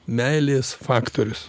meilės faktorius